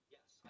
Yes